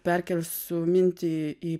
perkelsiu mintį į